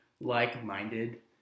like-minded